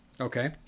okay